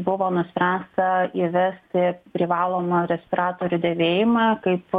buvo nuspręsta įvesti privalomą respiratorių dėvėjimą kaip